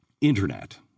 internet